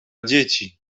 dzieci